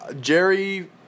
Jerry